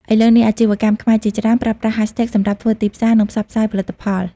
ឥឡូវនេះ អាជីវកម្មខ្មែរជាច្រើនប្រើប្រាស់ hashtags សម្រាប់ធ្វើទីផ្សារ និងផ្សព្វផ្សាយផលិតផល។